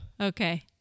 Okay